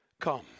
come